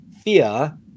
fear